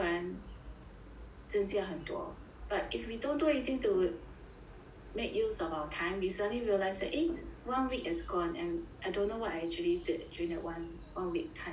增加很多 but if we don't do anything to make use of our time we suddenly realize that a one week is gone and I don't know what I actually did during that one one week time